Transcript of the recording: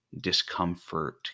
discomfort